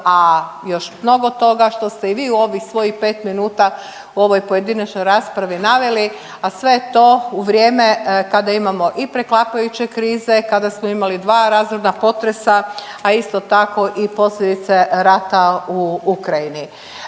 a još mnogo toga što ste i vi u ovih svojih 5 minuta u ovoj pojedinačnoj raspravi naveli, a sve to u vrijeme kada imamo i preklapajuće krize, kada smo imali 2 razorna potresa, a isto tako i posljedice rata u Ukrajini.